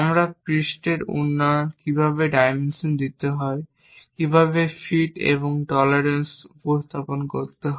আমরা পৃষ্ঠের উন্নয়ন কীভাবে ডাইমেনশন দিতে হয় কীভাবে ফিট এবং টলারেন্স উপস্থাপন করতে হয়